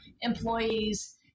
employees